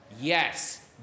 Yes